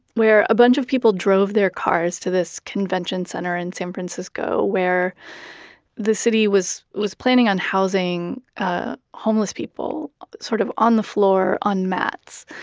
where a bunch of people drove their cars to this convention center in san francisco where the city was was planning on housing ah homeless people sort of on the floor, on mats.